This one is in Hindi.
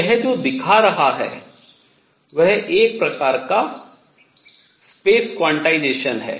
तो यह जो दिखा रहा है वह एक प्रकार का समष्टि क्वांटिकरण है